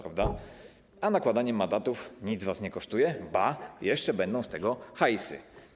Natomiast nakładanie mandatów nic was nie kosztuje, ba, jeszcze będą z tego hajsy.